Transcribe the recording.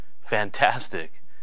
fantastic